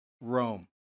Rome